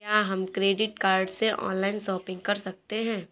क्या हम credit card से ऑनलाइन शॉपिंग कर सकते हैं?